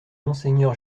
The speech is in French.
monseigneur